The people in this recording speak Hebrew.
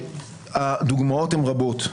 והדוגמאות הן רבות.